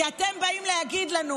כי אתם באים להגיד לנו